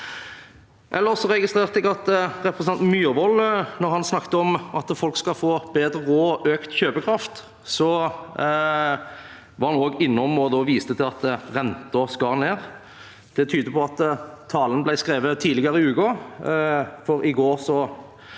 Ellers registrerte jeg at representanten Myhrvold, da han snakket om at folk skal få bedre råd og økt kjøpekraft, også var innom og viste til at renten skal ned. Det tyder på at talen ble skrevet tidligere i uken, for i går